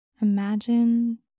Imagine